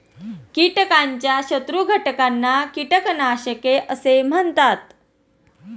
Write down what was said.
कीटकाच्या शत्रू घटकांना कीटकनाशके असे म्हणतात